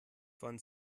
von